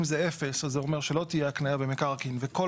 אם זה 0 אז זה אומר שלא תהיה הקניה במקרקעין וכל